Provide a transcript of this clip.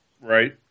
Right